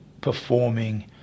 performing